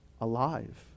alive